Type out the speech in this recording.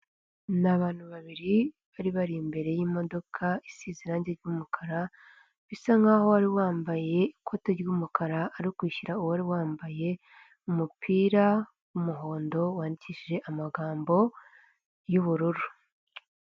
Ni abantu babiri bari bari imbere y'imodoka isize irangi r'umukara bisa nkaho wari wambaye ikote ry'umukara ari kwishyura uwari wambaye umupira w'umuhondo wanwandishije amagambo y'ubururu.